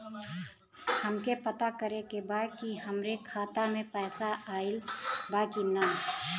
हमके पता करे के बा कि हमरे खाता में पैसा ऑइल बा कि ना?